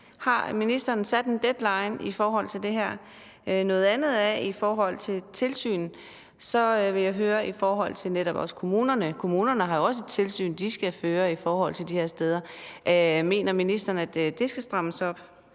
Har ministeren sat en deadline i forhold til det her? Noget andet er i forhold til tilsyn, hvor jeg ville høre om det i forhold til kommunerne. Kommunerne har også et tilsyn, de skal føre i forhold til de her steder, og mener ministeren, at det skal strammes op?